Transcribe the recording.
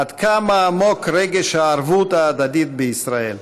עד כמה עמוק רגש הערבות ההדדית בישראל.